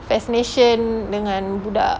fascination dengan budak